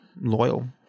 loyal